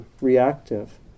reactive